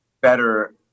better